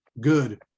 Good